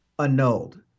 annulled